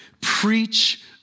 preach